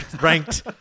ranked